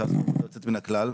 שעשו עבודה יוצאת מן הכלל.